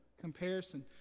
Comparison